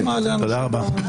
תודה רבה.